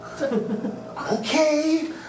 Okay